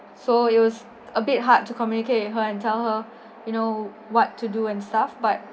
so it was a bit hard to communicate with her and tell her you know what to do and stuff but